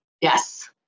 Yes